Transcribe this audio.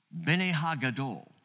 Benehagadol